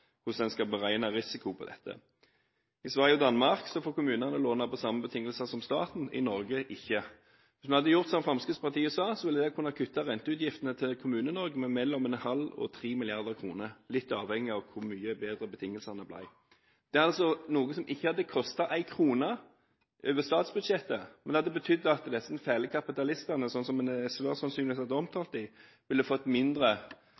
Hvis man hadde gjort som Fremskrittspartiet sa, ville det kunne kuttet renteutgiftene for Kommune-Norge med mellom 0,5 mrd. kr og 3 mrd. kr, litt avhengig av hvor mye bedre betingelsene ble. Det er altså noe som ikke hadde kostet en krone over statsbudsjettet, men det hadde betydd at disse «fæle» kapitalistene, som en SV-er sannsynligvis hadde omtalt dem, ville fått mindre